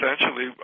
essentially